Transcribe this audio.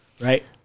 Right